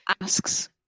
asks